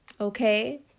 Okay